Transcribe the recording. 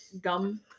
gum